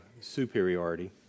superiority